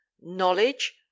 knowledge